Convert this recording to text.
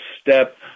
step